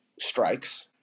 strikes